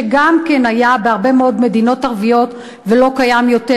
שגם היה בהרבה מאוד מדינות ערביות ולא קיים יותר,